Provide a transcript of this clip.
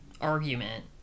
argument